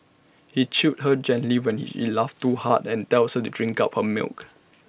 he chides her gently when he laughs too hard and tells her to drink up her milk